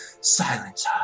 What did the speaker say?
silence